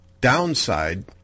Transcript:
downside